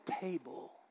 table